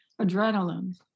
adrenaline